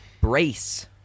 brace